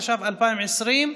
התש"ף 2020,